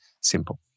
simple